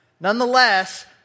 Nonetheless